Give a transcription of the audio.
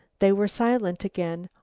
they were silent again,